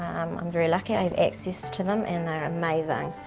i'm very lucky, i have access to them and they're amazing.